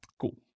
Cool